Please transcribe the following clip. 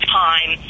time